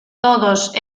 todos